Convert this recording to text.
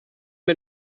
mir